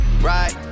right